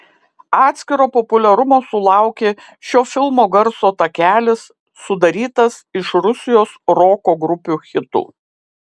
atskiro populiarumo sulaukė šio filmo garso takelis sudarytas iš rusijos roko grupių hitų